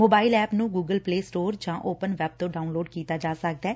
mobile app ਨੰ Google Play Store ਜਾਂ open web ਤੋਂ ਡਾਉਨਲੋਡ ਕੀਤਾ ਜਾ ਸਕਦੈ